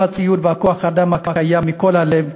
עם הציוד וכוח-האדם הקיים, מכל הלב,